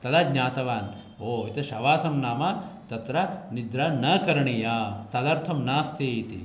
तदा ज्ञातवान् ओ एतत् शवासनं नाम तत्र निद्रा न करणीया तदर्थं नास्ति इति